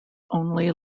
only